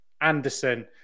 Anderson